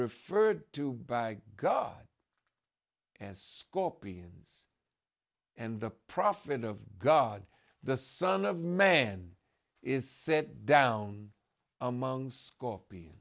referred to by god as scorpions and the prophet of god the son of man is set down among scorpion